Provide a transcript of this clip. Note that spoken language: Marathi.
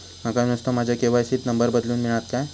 माका नुस्तो माझ्या के.वाय.सी त नंबर बदलून मिलात काय?